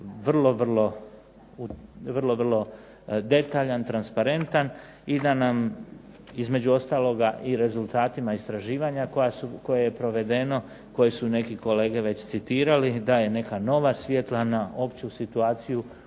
vrlo, vrlo detaljan, transparentan i da nam između ostaloga i rezultatima istraživanja koje je provedeno, koje su neki kolege već citirali daje neka nova svjetla na opću situaciju